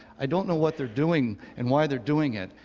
i don't know what they're doing and why they're doing it,